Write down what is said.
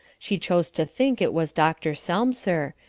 she chose to think it was dr. selmser,